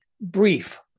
brief